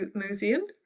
mosean.